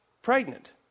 pregnant